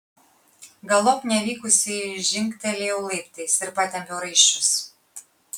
galop nevykusiai žingtelėjau laiptais ir patempiau raiščius